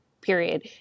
period